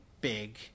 big